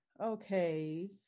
okay